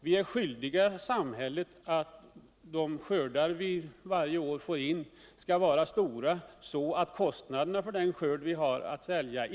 Vi är skyldiga samhället att varje år skaffa fram stora skördar, så att kostnaderna inte blir för höga.